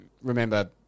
remember